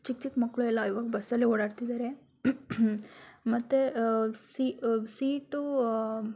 ಚಿಕ್ಕ ಚಿಕ್ಕ ಮಕ್ಳೆಲ್ಲ ಇವಾಗ ಬಸ್ಸಲ್ಲೆ ಓಡಾಡ್ತಿದ್ದಾರೆ ಮತ್ತೆ ಸೀಟು